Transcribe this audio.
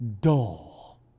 dull